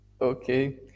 Okay